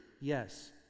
Yes